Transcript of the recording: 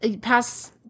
pass